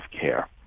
care